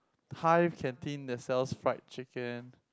hive canteen that sells fried chicken